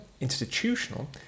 institutional